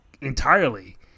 entirely